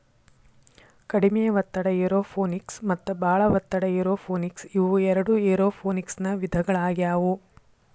ಕಡಿಮೆ ಒತ್ತಡ ಏರೋಪೋನಿಕ್ಸ ಮತ್ತ ಬಾಳ ಒತ್ತಡ ಏರೋಪೋನಿಕ್ಸ ಇವು ಎರಡು ಏರೋಪೋನಿಕ್ಸನ ವಿಧಗಳಾಗ್ಯವು